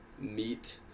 meat